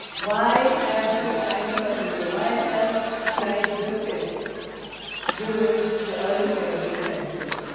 why have this kind of a hero, why have clyde griffiths during the earlier twentieth century?